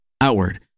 outward